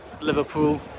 liverpool